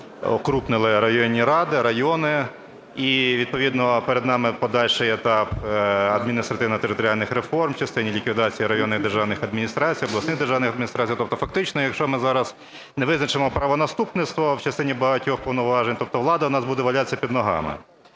укрупнили районні ради, райони. І відповідно перед нами подальший етап адміністративно-територіальних реформ у частині ліквідації районних державних адміністрацій, обласних державних адміністрацій. Тобто фактично, якщо ми зараз не визначимо правонаступництво в частині багатьох повноважень, тобто влада у нас буде валятися під ногами.